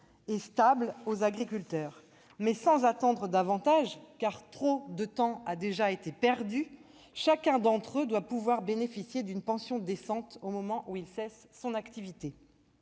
et stables aux agriculteurs. Néanmoins, sans attendre davantage- trop de temps a déjà été perdu !-, chaque agriculteur doit pouvoir bénéficier d'une pension décente au moment où il cesse son activité.